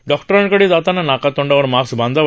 डॉक्टरांकडे जाताना नाकातोंडावर मास्क बांधावा